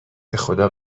بخدا